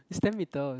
it's ten metre